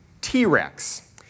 T-Rex